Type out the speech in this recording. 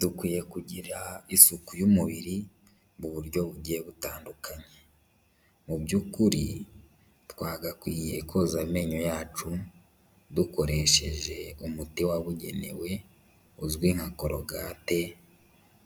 Dukwiye kugira isuku y'umubiri mu buryo bugiye butandukanye, mu by'ukuri twagakwiye koza amenyo yacu, dukoresheje umuti wabugenewe uzwi nka korogate,